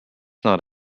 not